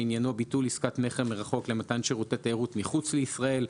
שעניינו ביטול עסקת מכר מרחוק למתן שירותי תיירות מחוץ לישראל.